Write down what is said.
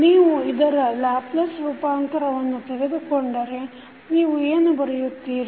ನೀವು ಇದರ ಲ್ಯಾಪ್ಲೇಸ್ ರೂಪಾಂತರವನ್ನು ತೆಗೆದುಕೊಂಡರೆ ನೀವು ಏನು ಬರೆಯುತ್ತೀರಿ